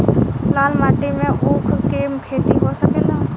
लाल माटी मे ऊँख के खेती हो सकेला?